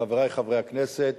חברי חברי הכנסת,